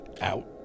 out